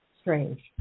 strange